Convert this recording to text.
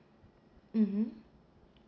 mmhmm